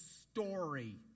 story